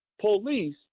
police